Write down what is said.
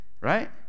right